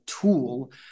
tool